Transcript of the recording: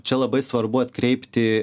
čia labai svarbu atkreipti